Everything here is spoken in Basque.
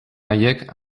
haiek